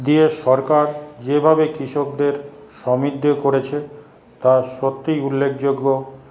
দিয়ে সরকার যেভাবে কৃষকদের সমৃদ্ধ করেছে তা সত্যি উল্লেখযোগ্য